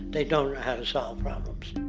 they don't know how to solve problems.